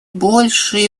больше